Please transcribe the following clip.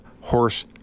horse